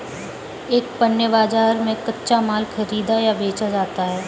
एक पण्य बाजार में कच्चा माल खरीदा या बेचा जाता है